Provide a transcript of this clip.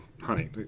honey